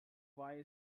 vai